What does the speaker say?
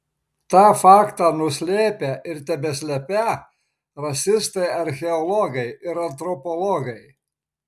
tą faktą nuslėpę ir tebeslepią rasistai archeologai ir antropologai